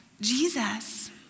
Jesus